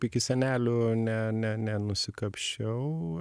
iki senelių ne ne ne nusikapsčiau